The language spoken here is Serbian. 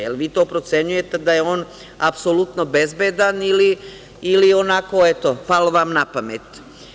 Jel, vi to procenjujete, da je on apsolutno bezbedan, ili onako, eto, palo vam napamet?